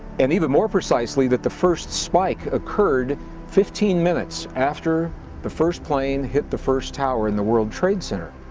and even more precisely that the first spike occurred fifteen minutes after the first plane hit the first tower in the world trade center.